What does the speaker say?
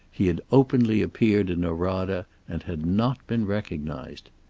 he had openly appeared in norada and had not been recognized.